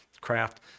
craft